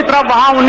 ah da da and